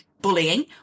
bullying